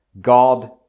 God